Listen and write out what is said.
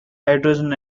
hydrogen